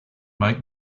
make